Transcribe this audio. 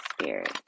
spirit